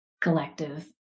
collective